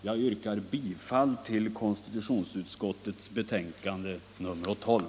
Jag yrkar bifall till konstitutionsutskottets hemställan i betänkandet nr 12.